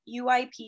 UIP